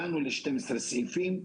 הגענו ל-12 סעיפים.